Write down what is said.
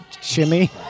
shimmy